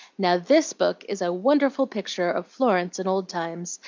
now, this book is a wonderful picture of florence in old times,